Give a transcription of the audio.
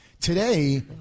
today